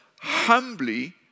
humbly